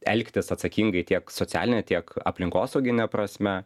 elgtis atsakingai tiek socialine tiek aplinkosaugine prasme